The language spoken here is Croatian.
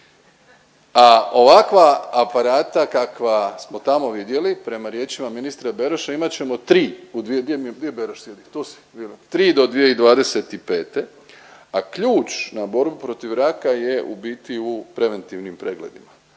A ovakva aparata kakva smo tamo vidjeli prema riječima ministra Beroša imat ćemo 3, gdje mi je, gdje Beroš sjedi? Tu si. 3 do 2025., a ključ na borbu protiv raka je u biti u preventivnim pregledima.